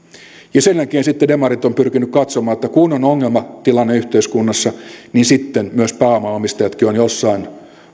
sen jälkeen sitten demarit ovat pyrkineet katsomaan että kun on ongelmatilanne yhteiskunnassa niin sitten myös pääoman omistajatkin ovat jossain